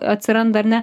atsiranda ar ne